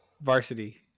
Varsity